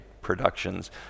Productions